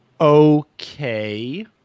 okay